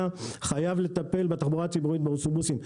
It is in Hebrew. חייבים לטפל בתחבורה הציבורית באוטובוסים,